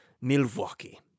Milwaukee